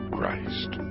Christ